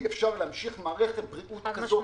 אי-אפשר להמשיך מערכת בריאות כזאת,